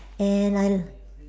and I